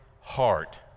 heart